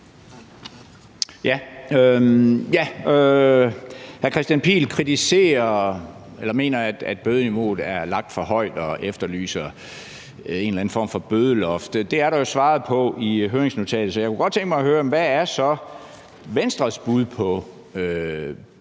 (EL): Hr. Kristian Pihl Lorentzen mener, at bødeniveauet er lagt for højt, og efterlyser en eller anden form for bødeloft. Det er der jo svaret på i høringsnotatet, så jeg kunne godt tænke mig at høre, hvad Venstres bud så er